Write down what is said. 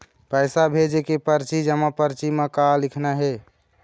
पैसा भेजे के परची जमा परची म का लिखना हे?